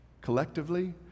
collectively